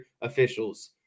officials